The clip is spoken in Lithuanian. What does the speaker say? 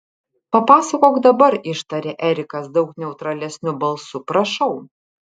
papasakok dabar ištarė erikas daug neutralesniu balsu prašau